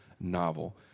novel